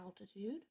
altitude